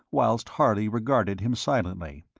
whilst harley regarded him silently,